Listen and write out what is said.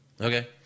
Okay